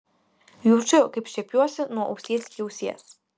jaučiu kaip šiepiuosi nuo ausies iki ausies